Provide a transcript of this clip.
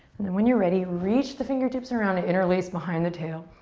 and then when you're ready, reach the fingertips around, interlace behind the tail.